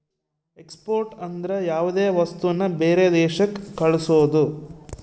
export ಅಂದ್ರ ಯಾವ್ದೇ ವಸ್ತುನ ಬೇರೆ ದೇಶಕ್ ಕಳ್ಸೋದು